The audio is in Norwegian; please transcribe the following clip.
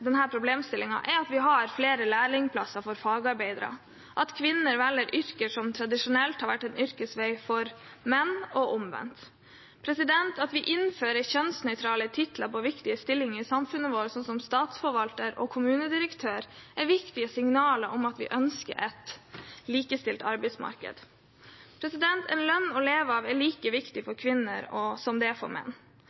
er at vi har flere lærlingplasser for fagarbeidere, og at kvinner velger yrker som tradisjonelt har vært en yrkesvei for menn, og omvendt. At vi innfører kjønnsnøytrale titler på viktige stillinger i samfunnet vårt, slik som statsforvalter og kommunedirektør, er viktige signaler om at vi ønsker et likestilt arbeidsmarked. En lønn å leve av er like viktig